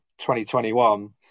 2021